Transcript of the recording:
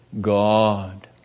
God